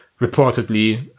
reportedly